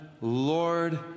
Lord